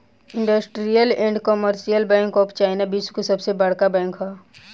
industrial and commercial bank of China विश्व की सबसे बड़का बैंक ह